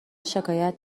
شکایت